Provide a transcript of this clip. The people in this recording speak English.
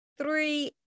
three